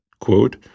quote